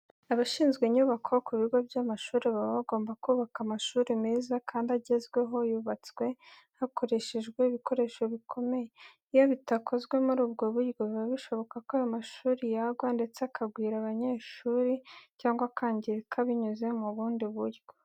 Abashinzwe inyubako ku bigo by'amashuri baba bagomba kubaka amashuri meza kandi agezweho yubatswe hakoreshejwe ibikoresho bikomeye. Iyo bitakozwe muri ubwo buryo, biba bishoboka ko ayo mashuri yagwa, ndetse akagwira abanyeshuri cyangwa akangirika binyuze mu bundi buryo.